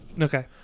Okay